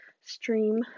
stream